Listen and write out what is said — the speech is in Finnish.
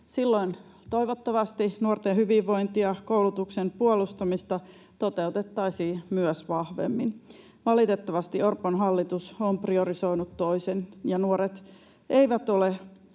Silloin toivottavasti nuorten hyvinvointia, koulutuksen puolustamista toteutettaisiin myös vahvemmin. Valitettavasti Orpon hallitus on priorisoinut toisin ja nuoret eivät ole